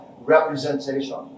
representation